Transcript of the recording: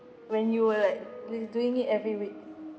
when you were like do~ doing it every week